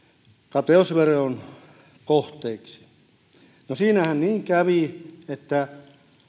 kateusveron kohteeksi no siinähän kävi niin että